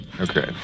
Okay